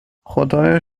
خدایا